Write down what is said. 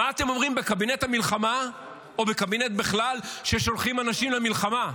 מה אתם אומרים בקבינט המלחמה או בקבינט בכלל כששולחים אנשים למלחמה?